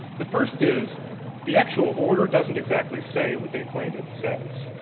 the first is the actual order doesn't exactly say what they claim it says,